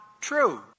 true